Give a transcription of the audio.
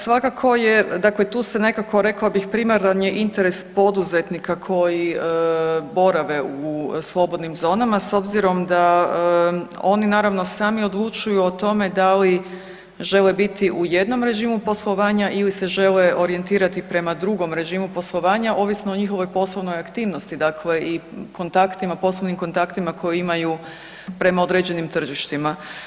Pa svakako je, dakle tu se nekako rekla bih primaran je interes poduzetnika koji borave u slobodnim zonama s obzirom da oni naravno sami odlučuju u tome da li žele biti u jednom režimu poslovanja ili se žele orijentirati prema drugom režimu poslovanja, ovisno o njihovoj poslovnoj aktivnosti, dakle i kontaktima, poslovnim kontaktima koji imaju prema određenim tržištima.